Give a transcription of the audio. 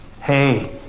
Hey